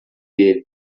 ele